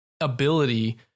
ability